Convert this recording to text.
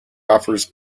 offers